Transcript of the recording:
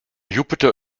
jupiter